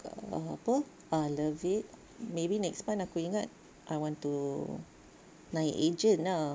kalau apa ah love it maybe next month aku ingat I want to naik agent ah